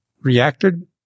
reacted